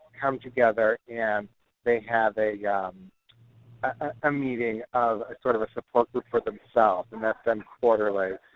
come together and they have a um a meeting of, sort of a support group for themselves, and that's done quarterly